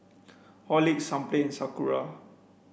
Horlicks Sunplay Sakura